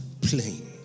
plain